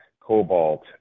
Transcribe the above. cobalt